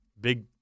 big